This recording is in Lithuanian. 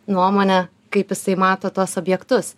nuomonę kaip jisai mato tuos objektus